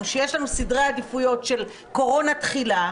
שיש לנו סדר עדיפות של "קורונה תחילה",